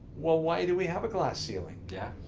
well, why do we have a glass ceiling? yeah.